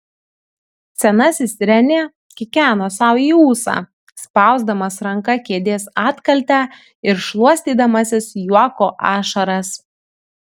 senasis renė kikeno sau į ūsą spausdamas ranka kėdės atkaltę ir šluostydamasis juoko ašaras